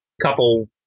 couple